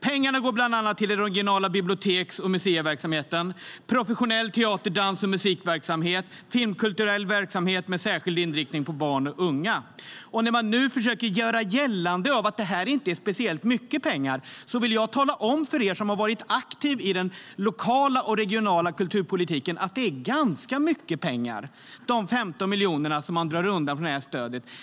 Pengarna går bland annat till den regionala biblioteks och museiverksamheten, professionell teater, dans och musikverksamhet och filmkulturell verksamhet med särskild inriktning på barn och unga. När man nu försöker göra gällande att detta inte är speciellt mycket pengar vill jag tala om för er som har varit aktiva i den lokala och regionala kulturpolitiken att det är ganska mycket pengar, de 15 miljoner som man drar undan från det här stödet.